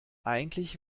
eigentlich